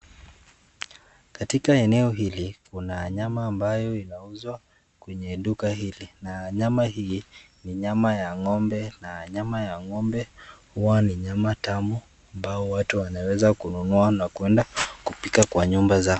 Katika eneo hili kuna nyama ambayo inauzwa kwenye duka hili na nyama hii ni nyama ya ng’ombe na nyama ya ng’ombe huwa ni nyama tamu ambayo watu wanaweza kununua na kuenda kupika kwa nyumba zao.